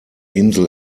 insel